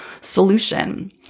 solution